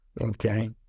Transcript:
okay